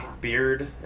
beard